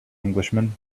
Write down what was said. englishman